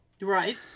Right